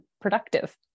productive